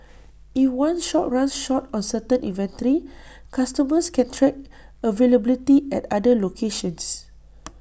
if one shop runs short on certain inventory customers can track availability at other locations